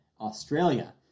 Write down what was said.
Australia